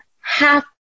half